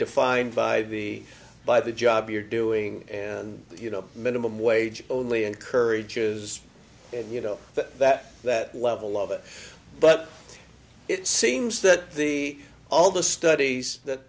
defined by the by the job you're doing and you know a minimum wage only encourages and you know that that level of it but it seems that the all the studies that